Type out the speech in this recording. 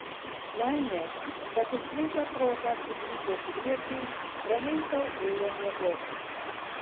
laimė kad į sveiką protą sugrįžę piliečiai ramiai sau ėjo miegoti